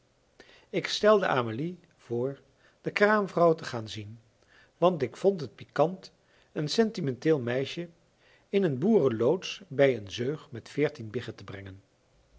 ik stelde amelie voor de kraamvrouw te gaan zien want ik vond het pikant een sentimenteel meisje in een boerenloods bij een zeug met veertien biggen te brengen